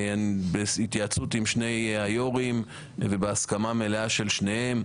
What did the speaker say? בהתייעצות עם שני היו"רים ובהסכמה מלאה של שניהם,